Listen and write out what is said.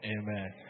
Amen